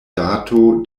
dato